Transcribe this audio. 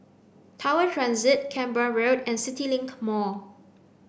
Tower Transit Canberra Road and CityLink Mall